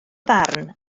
farn